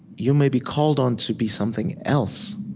you may be called on to be something else,